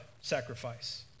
sacrifice